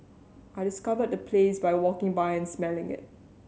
I discovered the place by walking by and smelling it